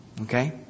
Okay